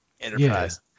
enterprise